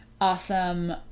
awesome